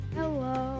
Hello